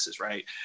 right